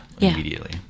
immediately